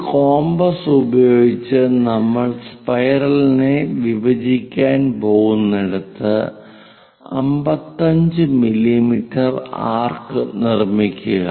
ഒരു കോമ്പസ് ഉപയോഗിച്ച് നമ്മൾ സ്പൈറലിനെ വിഭജിക്കാൻ പോകുന്നിടത്ത് 55 മില്ലീമീറ്റർ ആർക്ക് നിർമിക്കുക